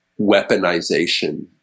weaponization